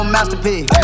masterpiece